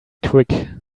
quick